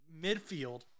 Midfield